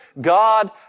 God